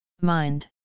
mind